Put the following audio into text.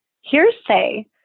hearsay